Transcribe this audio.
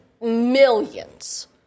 millions